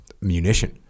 munition